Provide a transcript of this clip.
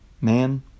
man